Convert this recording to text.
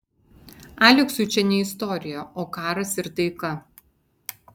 aleksui čia ne istorija o karas ir taika